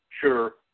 sure